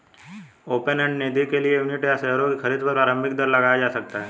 open end निधि के लिए यूनिट या शेयरों की खरीद पर प्रारम्भिक दर लगाया जा सकता है